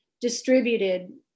distributed